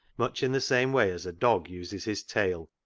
much in the same way as a dog uses his tail,